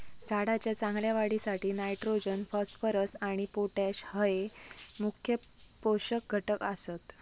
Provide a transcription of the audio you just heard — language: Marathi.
झाडाच्या चांगल्या वाढीसाठी नायट्रोजन, फॉस्फरस आणि पोटॅश हये मुख्य पोषक घटक आसत